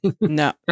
No